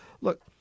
Look